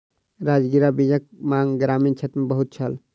राजगिरा बीजक मांग ग्रामीण क्षेत्र मे बहुत छल